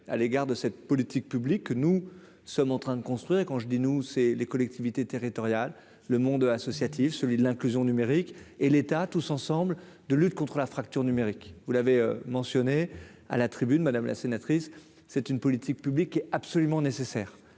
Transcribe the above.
à l'égard de cette politique publique que nous sommes en train de construire et quand je dis nous, c'est les collectivités territoriales, le monde associatif, celui de l'inclusion numérique et l'État, tous ensemble, de lutte contre la fracture numérique, vous l'avez mentionné à la tribune, madame la sénatrice, c'est une politique publique absolument nécessaire